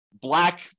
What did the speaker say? black